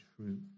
truth